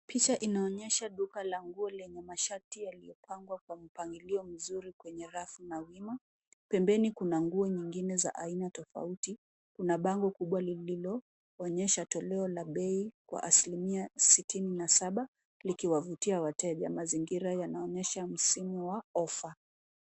Picha inaonyesha duka la nguo lenye mashati yaliyopangwa kwa mpangilio mzuri kwenye rafu na wima. Pembeni kuna nguo nyingine za aina tofauti. Kuna bango kubwa lililo onyesha toleo ya bei kwa asilimia sitini na saba likiwa vutia wateja. Mazingira yanaonyesha msimu wa offer .